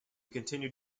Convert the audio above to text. continued